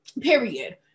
period